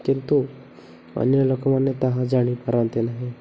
କିନ୍ତୁ ଅନ୍ୟ ଲୋକମାନେ ତାହା ଜାଣିପାରନ୍ତେ ନାହିଁ